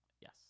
yes